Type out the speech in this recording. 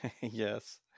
Yes